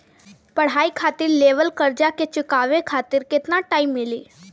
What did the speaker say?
पढ़ाई खातिर लेवल कर्जा के चुकावे खातिर केतना टाइम मिली?